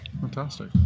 fantastic